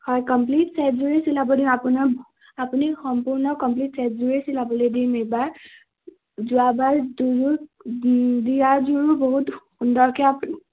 হয় কমপ্লিট ছেটযোৰেই চিলাব দিওঁ আপোনাৰ আপুনি সম্পূৰ্ণ কমপ্লিট ছেটযোৰেই চিলাবলৈ দিম এইবাৰ যোৱাবাৰ দুযোৰ দিয়া যোৰো বহুত সুন্দৰকৈ আপুনি